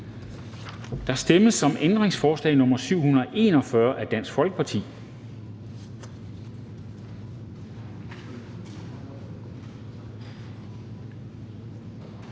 Der stemmes om ændringsforslag nr. 748 af V, og der